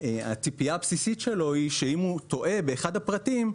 הציפייה הבסיסית שלו היא שאם הוא טועה באחד הפרטים,